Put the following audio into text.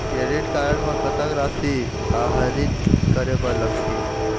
Credit card म कतक राशि आहरित करे बर लगथे?